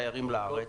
התיירים לארץ.